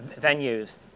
venues